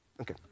Okay